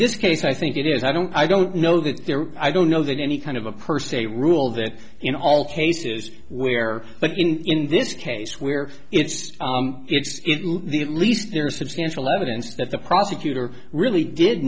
this case i think it is i don't i don't know that they're i don't know that any kind of a person a rule that in all cases where but in this case where it's it's the at least there's substantial evidence that the prosecutor really did